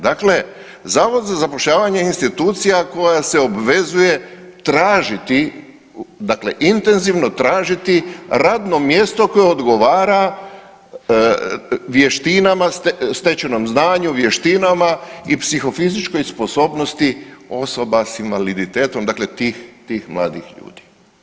Dakle, Zavod za zapošljavanje je institucija koja se obvezuje tražiti, dakle intenzivno tražiti radno mjesto koje odgovara vještinama, stečenom znanju, vještinama i psihofizičkoj sposobnosti osoba sa invaliditetom, dakle tih mladih ljudi.